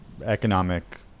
economic